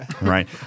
right